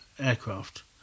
aircraft